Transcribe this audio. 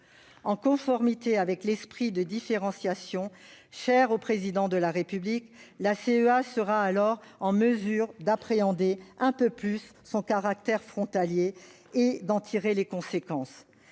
En conformité avec l'esprit de différenciation cher au Président de la République, la CEA pourra alors appréhender un peu plus son caractère frontalier et en tirer les conséquences.